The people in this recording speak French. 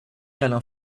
alain